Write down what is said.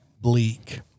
bleak